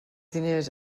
diners